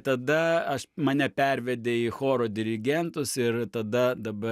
tada aš mane pervedė į choro dirigentus ir tada dabar